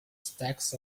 stacks